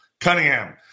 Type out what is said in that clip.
Cunningham